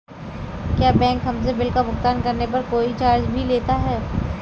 क्या बैंक हमसे बिल का भुगतान करने पर कोई चार्ज भी लेता है?